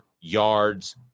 yards